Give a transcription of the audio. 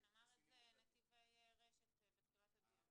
כן, אמר את זה "נתיבי רשת" בתחילת הדיון.